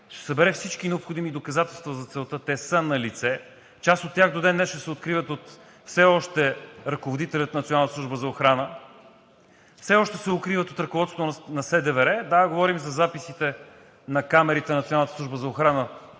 Ще събере всички необходими доказателства за целта, те са налице. Част от тях до ден днешен се укриват от все още ръководителя на Националната служба за охрана, все още се укриват от ръководството на СДВР. Да, говорим за записите на камерите на